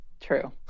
true